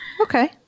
Okay